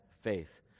faith